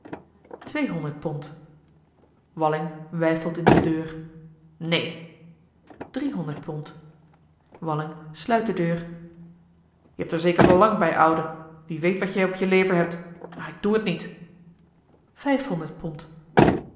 tweehonderd pond walling weifelt in de deur neen driehonderd pond walling sluit de deur jij hebt er zeker belang bij oude wie weet wat jij op je lever hebt maar ik doe het niet vijfhonderd pond